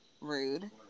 Rude